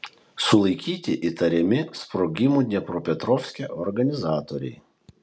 sulaikyti įtariami sprogimų dniepropetrovske organizatoriai